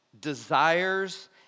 desires